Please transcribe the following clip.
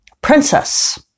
princess